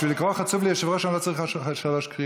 בשביל קריאת "חצוף" ליושב-ראש אני לא צריך שלוש קריאות.